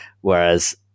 Whereas